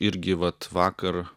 irgi vat vakar